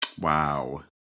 Wow